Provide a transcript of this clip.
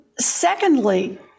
secondly